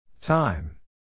Time